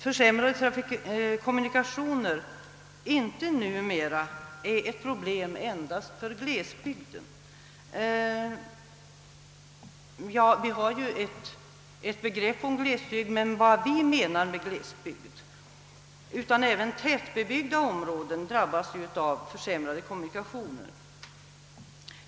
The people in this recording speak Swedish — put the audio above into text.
Försämrade kommunikationer är numera ett problem inte bara för glesbygden — alltså vad vi norrlänningar kallar glesbygd — utan även för tättbebyggda områden.